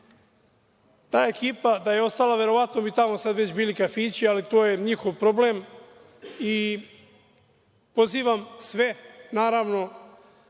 ta ekipa da je ostalo, verovatno bi tamo sada već bili kafići, ali to je njihov problem. Pozivam sve da